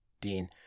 Dean